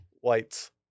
Whites